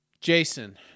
Jason